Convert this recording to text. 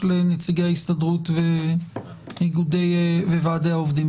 ולאחר מכן ניגש לנציגי ההסתדרות ואיגודי העובדים.